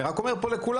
אני רק אומר פה לכולם,